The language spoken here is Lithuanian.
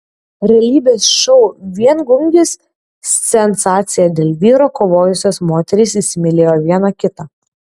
realybės šou viengungis sensacija dėl vyro kovojusios moterys įsimylėjo viena kitą